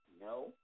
No